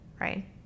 right